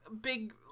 big